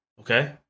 Okay